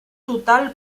total